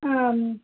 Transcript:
ஆ